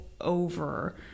over